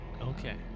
Okay